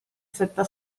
setta